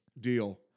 Deal